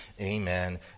Amen